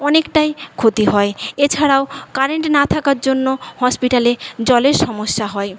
অনেকটাই ক্ষতি হয় এছাড়াও কারেন্ট না থাকার জন্য হসপিটালে জলের সমস্যা হয়